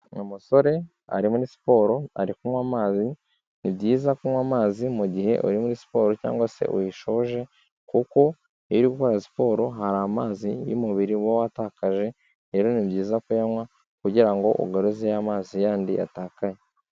Uyu musore ari muri siporo ari kunywa amazi, ni byiza kunywa amazi mugihe uri muri siporo cyangwa se uyishoje, kuko iyo uri gukora siporo hari amazi y'umubiri uba watakaje, rero ni byiza kuyanywa kugira ngo ugaruze ya amazi yandi yatakaye.